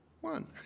One